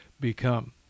become